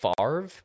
Favre